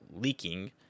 leaking